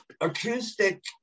acoustic